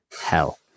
hell